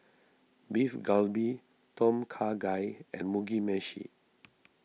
Beef Galbi Tom Kha Gai and Mugi Meshi